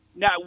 Now